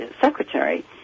secretary